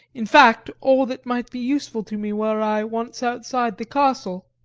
in fact all that might be useful to me were i once outside the castle.